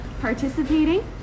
participating